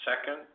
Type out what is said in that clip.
Second